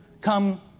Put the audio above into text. come